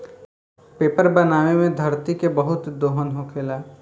paper बनावे मे धरती के बहुत दोहन होखेला